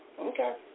Okay